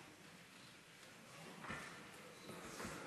אני כמעט מאמין לך.